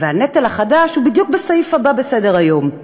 והנטל החדש הוא בדיוק בסעיף הבא בסדר-היום.